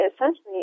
essentially